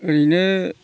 ओरैनो